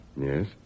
Yes